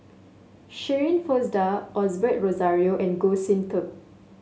Shirin Fozdar Osbert Rozario and Goh Sin Tub